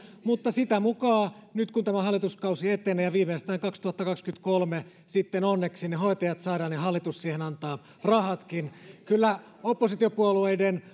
mutta sitä mukaa kuin nyt tämä hallituskausi etenee ja viimeistään kaksituhattakaksikymmentäkolme sitten onneksi ne hoitajat saadaan ja hallitus siihen antaa rahatkin kyllä oppositiopuolueiden